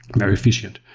very efficient.